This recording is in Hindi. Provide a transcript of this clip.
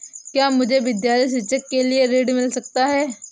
क्या मुझे विद्यालय शिक्षा के लिए ऋण मिल सकता है?